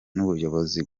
n’ubuyobozi